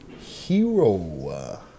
hero